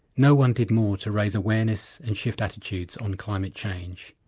no-one did more to raise awareness and shift attitudes on climate change.